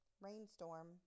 rainstorm